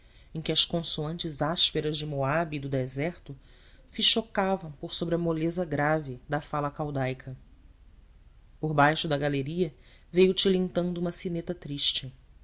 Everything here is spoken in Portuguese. em que as consoantes ásperas de moabe e do deserto se chocavam por sobre a moleza grave da fala caldaica por baixo da galeria veio tilintando uma sineta triste